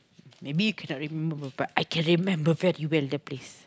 maybe you cannot remember but I can remember very well the place